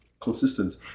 Consistent